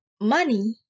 money